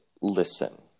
listen